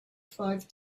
five